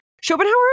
Schopenhauer